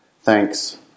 Thanks